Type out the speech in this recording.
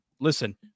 listen